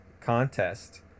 contest